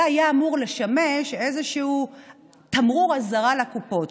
זה היה אמור לשמש איזשהו תמרור אזהרה לקופות: